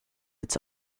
its